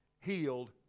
healed